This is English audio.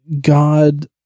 God